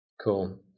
Cool